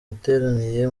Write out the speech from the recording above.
iteraniye